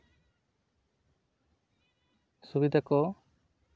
ᱥᱩᱵᱤᱫᱷᱟ ᱠᱚ